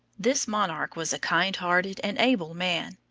this monarch was a kind-hearted and able man.